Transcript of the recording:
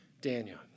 Daniel